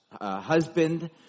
husband